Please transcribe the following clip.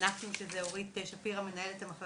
בהם הילד עוד